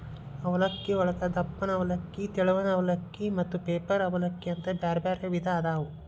ಅವಲಕ್ಕಿಯೊಳಗ ದಪ್ಪನ ಅವಲಕ್ಕಿ, ತೆಳ್ಳನ ಅವಲಕ್ಕಿ, ಮತ್ತ ಪೇಪರ್ ಅವಲಲಕ್ಕಿ ಅಂತ ಬ್ಯಾರ್ಬ್ಯಾರೇ ವಿಧ ಅದಾವು